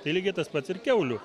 tai lygiai tas pats ir kiaulių